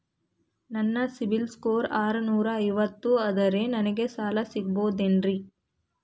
ನನ್ನ CIBIL score ಆರನೂರ ಐವತ್ತು ಅದರೇ ನನಗೆ ಸಾಲ ಸಿಗಬಹುದೇನ್ರಿ?